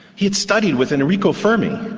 he had studied with enrico fermi.